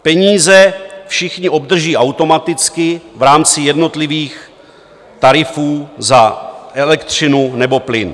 Peníze všichni obdrží automaticky v rámci jednotlivých tarifů za elektřinu nebo plyn.